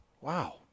Wow